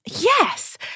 Yes